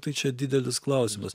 tai čia didelis klausimas